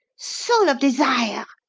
soul of desires!